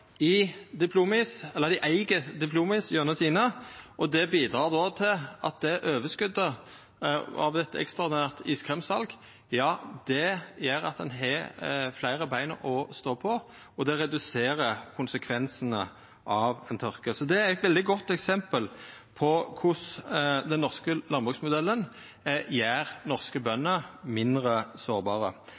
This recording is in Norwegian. i Diplom-Is – dei eig Diplom-Is gjennom TINE – overskotet av eit ekstraordinært iskremsal bidreg til at ein har fleire bein å stå på, og det reduserer konsekvensane av tørke. Det er eit veldig godt eksempel på korleis den norske landbruksmodellen gjer norske bønder mindre sårbare.